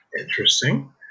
interesting